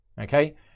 okay